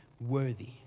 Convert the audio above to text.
worthy